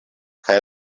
kaj